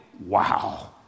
wow